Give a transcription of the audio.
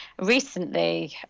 recently